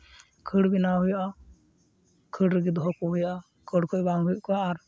ᱠᱷᱟᱹᱲ ᱵᱮᱱᱟᱣ ᱦᱩᱭᱩᱜᱼᱟ ᱠᱷᱟᱹᱲ ᱨᱮᱜᱮ ᱫᱚᱦᱚ ᱠᱚ ᱦᱩᱭᱩᱜᱼᱟ ᱠᱷᱟᱹᱲ ᱠᱷᱚᱡ ᱟᱨ